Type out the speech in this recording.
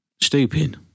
stupid